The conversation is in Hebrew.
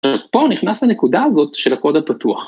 פה נכנס הנקודה הזאת של הקוד הפתוח.